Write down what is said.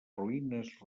ruïnes